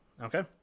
okay